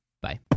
Bye